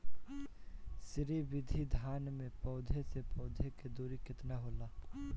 श्री विधि धान में पौधे से पौधे के दुरी केतना होला?